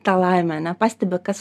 tą laimę nepastebi kas